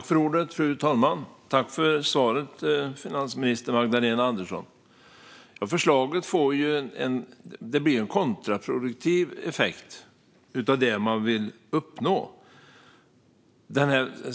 Fru talman! Tack för svaret, finansminister Magdalena Andersson! Det här förslaget får en kontraproduktiv effekt i förhållande till det man vill uppnå.